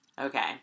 Okay